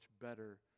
better